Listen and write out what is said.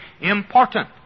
important